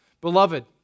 Beloved